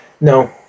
No